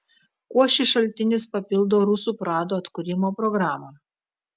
kuo šis šaltinis papildo rusų pradų atkūrimo programą